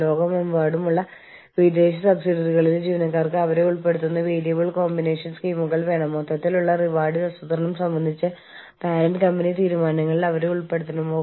പക്ഷേ സംയോജനത്തെക്കുറിച്ച് സംസാരിക്കുമ്പോൾ ഞങ്ങൾ സംസാരിക്കുന്നത് കേന്ദ്ര ആസ്ഥാനത്തെയോ അല്ലെങ്കിൽ പ്രാദേശിക ആവശ്യങ്ങൾ നിറവേറ്റുന്ന മാതൃ കമ്പനിയിലെ ആസ്ഥാനത്തെയോ അവർ തീരുമാനിച്ച നയങ്ങളുമായി അവയെ സംയോജിപ്പിക്കുന്നതിനെക്കുറിച്ചാണ്